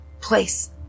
place